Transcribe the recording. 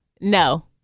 No